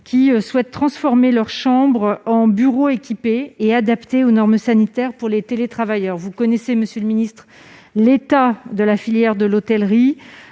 qui souhaitent transformer leurs chambres en bureaux équipés et adaptés aux normes sanitaires pour les télétravailleurs. Vous connaissez l'état de la filière de l'hôtellerie,